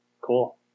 Cool